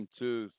two